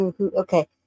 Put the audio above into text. okay